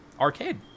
arcade